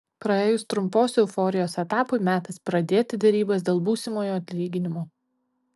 praėjus trumpos euforijos etapui metas pradėti derybas dėl būsimojo atlyginimo